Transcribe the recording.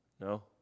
No